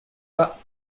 pas